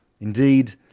Indeed